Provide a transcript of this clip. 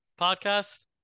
podcast